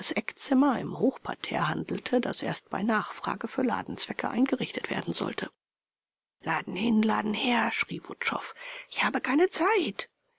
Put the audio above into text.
eckzimmer im hochparterre handelte das erst bei nachfrage für ladenzwecke eingerichtet werden sollte laden hin laden her schrie wutschow nein ich habe keine zeit